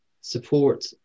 support